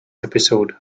episode